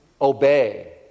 obey